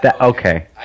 Okay